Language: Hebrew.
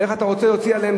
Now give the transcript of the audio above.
איך אתה רוצה להוציא עליהם,